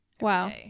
wow